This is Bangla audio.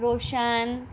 রোশন